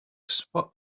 spot